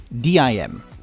d-i-m